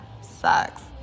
sucks